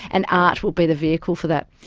and art will be the vehicle for that.